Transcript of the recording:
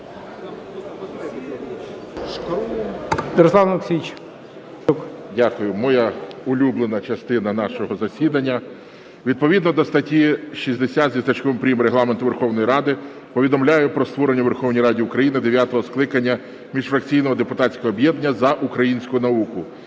Дякую. Моя улюблена частина нашого засідання Відповідно до статті 60 зі значком "прим." Регламенту Верховної Ради повідомляю про створення у Верховній Раді України дев'ятого скликання міжфракційного депутатського об'єднання "За українську науку".